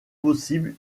possible